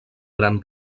gran